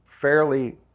fairly